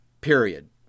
Period